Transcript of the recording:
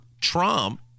Trump